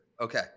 Okay